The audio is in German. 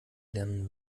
lernen